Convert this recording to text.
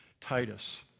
Titus